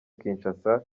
kinshasa